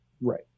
Right